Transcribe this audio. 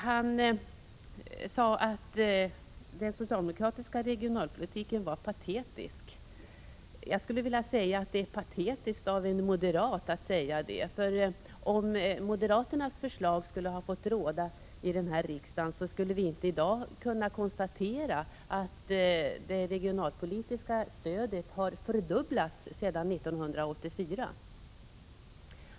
Han sade att den socialdemokratiska regionalpolitiken var patetisk. Det är patetiskt av en moderat att säga det. Om moderaternas förslag skulle ha fått råda i riksdagen, skulle vi i dag inte kunna konstatera att det regionalpolitiska stödet har fördubblats sedan år 1984.